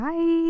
Bye